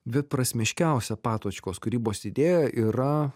dviprasmiškiausia patočkos kūrybos idėja yra